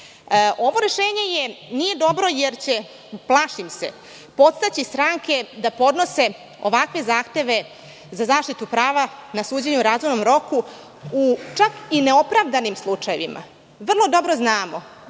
Ovo rešenje nije dobro jer će, plašim se, postojeće stranke da podnose ovakve zahteve za zaštitu prava na suđenje u razumnom roku u neopravdanim slučajevima. Vrlo dobro znamo